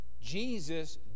Jesus